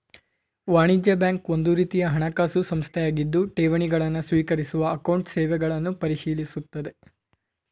ವಾಣಿಜ್ಯ ಬ್ಯಾಂಕ್ ಒಂದುರೀತಿಯ ಹಣಕಾಸು ಸಂಸ್ಥೆಯಾಗಿದ್ದು ಠೇವಣಿ ಗಳನ್ನು ಸ್ವೀಕರಿಸುವ ಅಕೌಂಟ್ ಸೇವೆಗಳನ್ನು ಪರಿಶೀಲಿಸುತ್ತದೆ